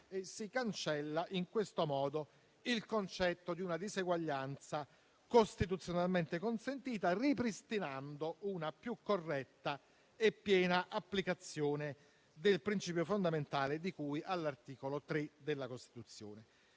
si cancella in questo modo il concetto di una diseguaglianza costituzionalmente consentita, ripristinando una più corretta e piena applicazione del principio fondamentale di cui all'articolo 3 della Costituzione.